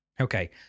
Okay